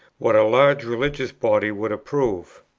what a large religious body would approve.